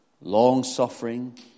long-suffering